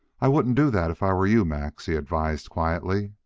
i wouldn't do that if i were you, max, he advised quietly.